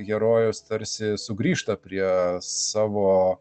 herojus tarsi sugrįžta prie savo